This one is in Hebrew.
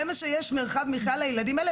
זה מה שיש מרחב מחייה לילדים האלה